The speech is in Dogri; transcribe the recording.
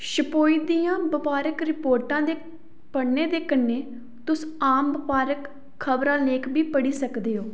छपोई दियां बपारक रिपोर्टां दे पढ़ने दे कन्नै तुस आम बपारक खबरां लेख बी पढ़ी सकदे ओ